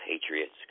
patriots